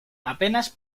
apenas